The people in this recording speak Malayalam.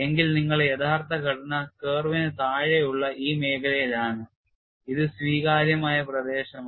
എങ്കിൽ നിങ്ങളുടെ യഥാർത്ഥ ഘടന curve ന് താഴെയുള്ള ഈ മേഖലയിലാണ് ഇത് സ്വീകാര്യമായ പ്രദേശമാണ്